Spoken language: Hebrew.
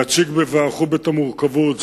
נציג בוועדת חוץ וביטחון את המורכבות,